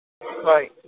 Right